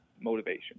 motivation